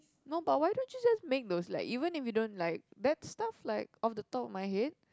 no but why don't you just make those like even if you don't like that stuff like off the top of my head